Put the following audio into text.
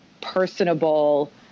personable